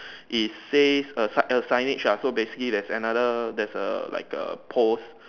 it says a sign a signage ah so basically there is another there is a like a post